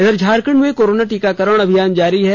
इधर झारखंड में कोरोना टीकाकरण अभियान जारी है